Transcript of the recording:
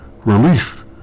Relief